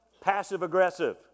Passive-aggressive